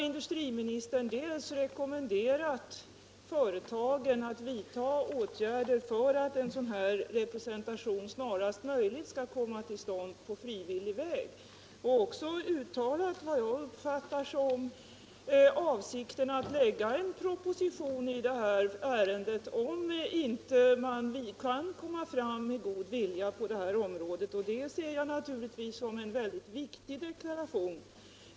Industriministern har rekommenderat företagen att vidta åtgärder för att den här styrelserepresentationen snarast möjligt skall komma till stånd på frivillig väg. Han har också uttalat vad jag uppfattar som en avsikt att lägga fram en proposition i ärendet om man inte kan komma fram med god vilja på det här området. Det ser jag naturligtvis som en mycket viktig deklaration.